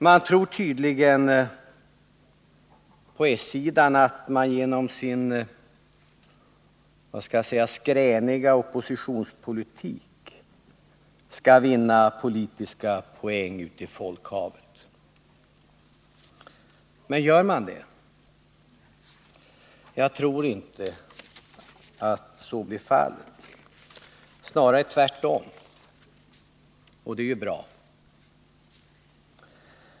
Man tror tydligen på s-sidan att man genom sin — vad skall jag säga — skräniga oppositionspolitik skall vinna politiska poänger i folkhavet. Men gör man det? Jag tror inte att så blir fallet — snarare tvärtom, och det är ju bra.